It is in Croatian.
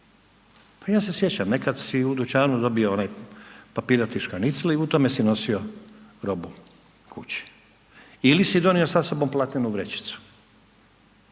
Pa ja se sjećam, nekad si u dućanu dobio onaj papirnati škanicl i u tome si nosio robu kući ili si donio sa sobom platnenu vrećicu.